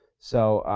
so,